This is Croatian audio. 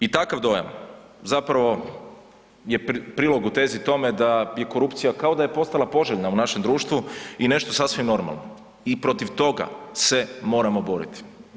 I takav dojam zapravo je prilog u tezi tome da je korupcija kao da je postala poželjna u našem društvu i nešto sasvim normalno i protiv toga se moramo boriti.